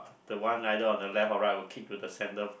the one either on the left or right will kick to the center